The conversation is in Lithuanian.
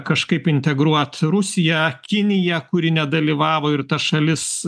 kažkaip integruot rusiją kiniją kuri nedalyvavo ir tas šalis